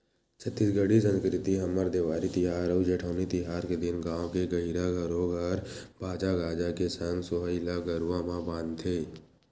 छत्तीसगढ़ी संस्कृति हमर देवारी तिहार अउ जेठवनी तिहार के दिन गाँव के गहिरा घरो घर बाजा गाजा के संग सोहई ल गरुवा म बांधथे